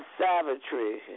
savagery